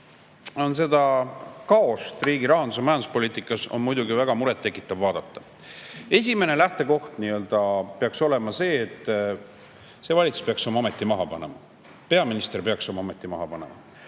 on seda kaost riigi rahandus‑ ja majanduspoliitikas muidugi väga murettekitav vaadata. Esimene lähtekoht on see, et see valitsus peaks oma ameti maha panema, peaminister peaks oma ameti maha panema.